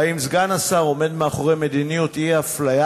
והאם סגן השר עומד מאחורי מדיניות האי-אפליה